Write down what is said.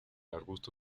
arbusto